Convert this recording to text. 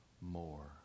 more